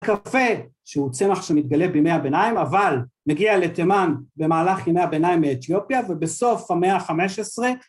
קפה שהוא צמח שמתגלה בימי הביניים אבל מגיע לתימן במהלך ימי הביניים מאתיופיה ובסוף המאה ה-15